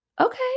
okay